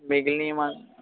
మిగిలినవి మ